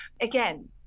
Again